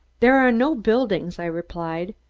there are no buildings, i replied,